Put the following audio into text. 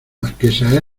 marquesa